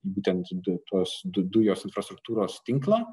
būtent į du tuos dujos infrastruktūros tinklą